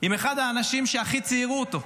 עם אחד האנשים שהכי ציערו אותו.